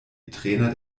trainer